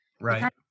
right